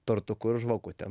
tortuku ir žvakutėm